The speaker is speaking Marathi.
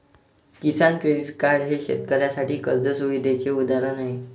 किसान क्रेडिट कार्ड हे शेतकऱ्यांसाठी कर्ज सुविधेचे उदाहरण आहे